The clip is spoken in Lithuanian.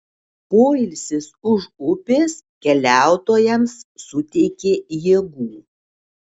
poilsis už upės keliautojams suteikė jėgų